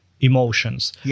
emotions